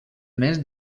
mes